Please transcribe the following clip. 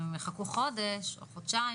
אם הם יחכו חודש או חודשיים,